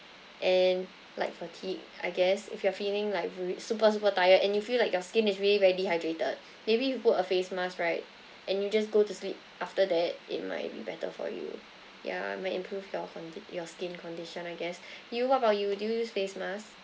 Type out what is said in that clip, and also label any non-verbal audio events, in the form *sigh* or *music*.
and like fatigued I guess if you are feeling like very super super tired and you feel like your skin is very very dehydrated maybe you put a face mask right and you just go to sleep after that it might be better for you yeah might improve your condi~ your skin condition I guess *breath* you what about you do you use face mask